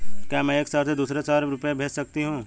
क्या मैं एक शहर से दूसरे शहर रुपये भेज सकती हूँ?